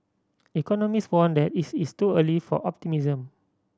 economist warned that it is too early for optimism